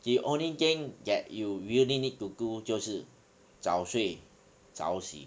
the only thing that you really need to do 就是早睡早醒